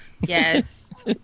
Yes